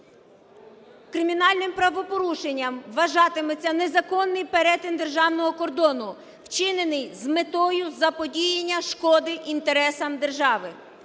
кримінальним правопорушенням вважатиметься незаконний перетин державного кордону, вчинений з метою заподіяння шкоди інтересам держави.